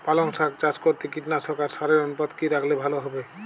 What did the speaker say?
পালং শাক চাষ করতে কীটনাশক আর সারের অনুপাত কি রাখলে ভালো হবে?